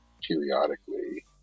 periodically